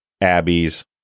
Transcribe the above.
Abby's